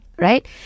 Right